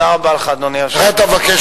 לא משנה מה שיהיה, אתה תהיה בפנים.